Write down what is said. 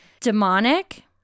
demonic